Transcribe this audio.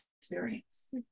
experience